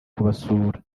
kubasura